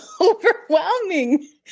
overwhelming